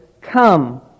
Come